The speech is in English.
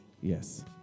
yes